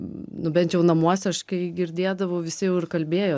nu bent jau namuose aš kai girdėdavau visi jau ir kalbėjo